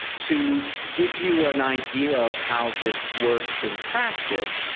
to give you an idea of how this works in practice,